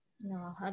No